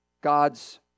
God's